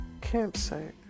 campsite